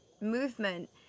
movement